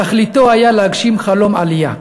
תכליתו היה להגשים חלום עלייה.